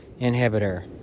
inhibitor